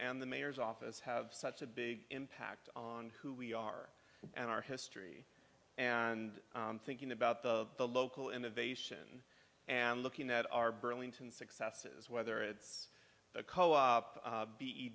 and the mayor's office have such a big impact on who we are and our history and thinking about the the local innovation and looking at our burlington successes whether it's a co op